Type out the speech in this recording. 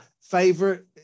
Favorite